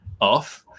off